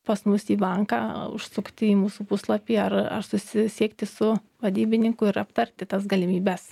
pas mus į banką užsukti į mūsų puslapį ar ar susisiekti su vadybininku ir aptarti tas galimybes